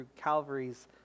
Calvary's